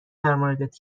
درموردت